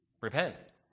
repent